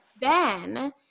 then-